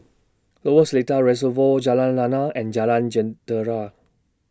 Lower Seletar Reservoir Jalan Lana and Jalan Jentera